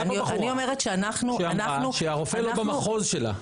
הייתה פה בחורה שאמרה שהרופא לא במחוז שלה.